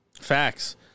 Facts